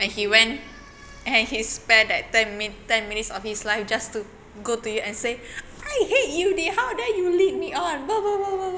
and he went and he spent that ten min~ ten minutes of his life just go to you and said I hate you D how dare you lead me on